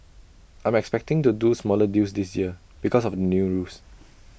I'm expecting to do smaller deals this year because of the new rules